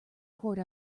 poured